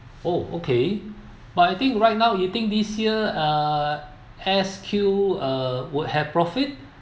oh okay but I think right now you think this year uh S_Q uh will have profit